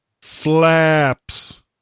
Flaps